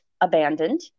abandoned